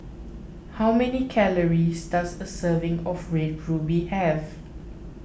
how many calories does a serving of Red Ruby have